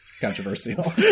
controversial